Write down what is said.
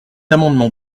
amendement